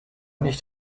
nicht